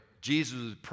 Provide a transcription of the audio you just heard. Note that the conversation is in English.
Jesus